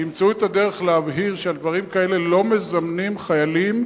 תמצאו את הדרך להבהיר שעל דברים כאלה לא מזמנים חיילים,